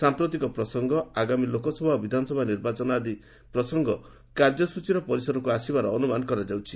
ସାମ୍ପ୍ରତିକ ପ୍ରସଙ୍ଗ ଆଗାମୀ ଲୋକସଭା ଓ ବିଧାନସଭା ନିର୍ବାଚନ ଆଦି ପ୍ରସଙ୍ଗ କାର୍ଯ୍ୟଚୀର ପରିସରକୁ ଆସିବାର ଅନୁମାନ କରାଯାଉଛି